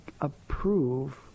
approve